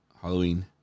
Halloween